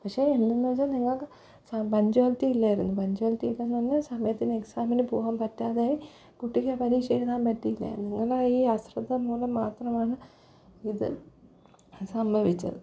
പക്ഷെ എന്തെന്നുവെച്ചാൽ നിങ്ങൾക്കു പങ്ച്വാലിറ്റി ഇല്ലായിരുന്നു പങ്ച്വാലിറ്റി ഇല്ലെന്നു പറഞ്ഞ സമയത്തിന് എക്സാമിനു പോകാൻ പറ്റാതായി കുട്ടിക്കു പരീക്ഷ എഴുതാൻ പറ്റിയില്ലായിരുന്നു നിങ്ങളുടെ ഈ അശ്രദ്ധ മൂലം മാത്രമാണ് ഇതു സംഭവിച്ചത്